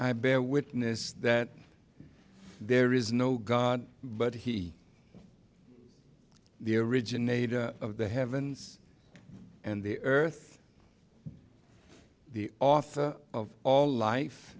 i bear witness that there is no god but he the originator of the heavens and the earth the author of all life